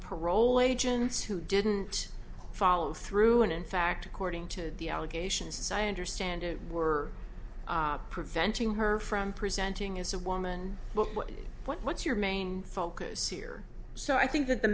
parole agents who didn't follow through and in fact according to the allegations as i understand it were preventing her from presenting as a woman what's your main focus here so i think that the